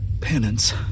penance